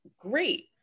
great